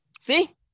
See